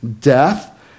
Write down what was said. death